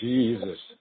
Jesus